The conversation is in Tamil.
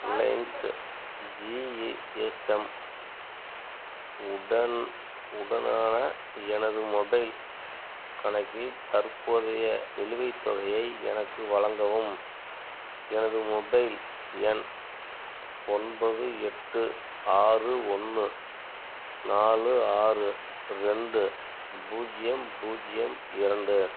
ரிலையன்ஸு ஜி எ எஸ் எம் உடன் உடனான எனது மொபைல் கணக்கில் தற்போதைய நிலுவைத் தொகையை எனக்கு வழங்கவும் எனது மொபைல் எண் ஒன்பது எட்டு ஆறு ஒன்று நாலு ஆறு ரெண்டு பூஜ்ஜியம் பூஜ்ஜியம் இரண்டு